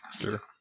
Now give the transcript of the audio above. Sure